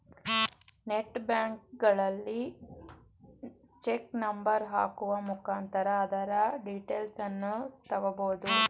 net ಬ್ಯಾಂಕಿಂಗಲ್ಲಿ cheque number ಹಾಕುವ ಮುಖಾಂತರ ಅದರ ಡೀಟೇಲ್ಸನ್ನ ತಗೊಬೋದು